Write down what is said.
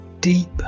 deep